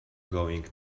going